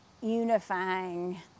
unifying